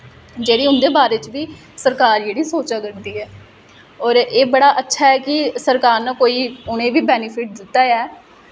जेह्ड़ी उं'दे बारे च बी सरकार जेह्ड़ी सोचा करदी ऐ होर एह् बड़ा अच्छा ऐ कि सरकार ने कोई उ'नें ई बी बेनिफिट दित्ता ऐ